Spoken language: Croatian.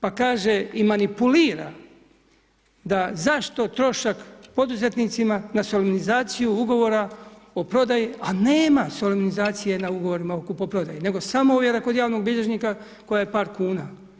Pa kaže i manipulira, da zašto trošak poduzetnicima na solmizaciju ugovora o prodaji a nema solmizacije na ugovorima o kupoprodaji, nego samo ovjera kod javnog bilježnika koja je par kuna.